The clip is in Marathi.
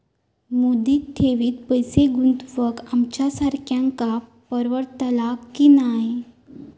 मुदत ठेवीत पैसे गुंतवक आमच्यासारख्यांका परवडतला की नाय?